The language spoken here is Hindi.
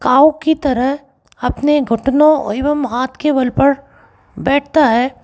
काऊ की तरह अपने घुटनों एवं हाथ के बल पर बैठता है